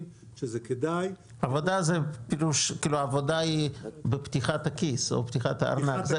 שזה כדאי -- עבודה היא בפתיחת הכיס או פתיחת הארנק,